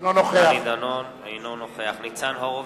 אינו נוכח ניצן הורוביץ,